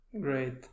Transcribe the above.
Great